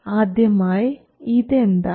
ആദ്യമായി ഇതെന്താണ്